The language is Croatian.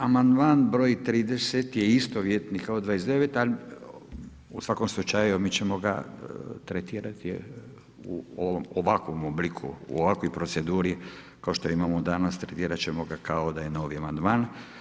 Amandman br. 30. je istovjetni kao 29. ali u svakom slučaju mi ćemo ga tretirati u ovakvom obliku, u ovakvoj proceduri kao što imamo danas tretirati ćemo ga kao da je novi amandman.